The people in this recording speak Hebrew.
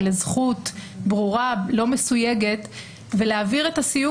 לזכות ברורה ולא מסויגת ולהעביר את הסיוג